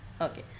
Okay